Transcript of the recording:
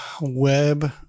Web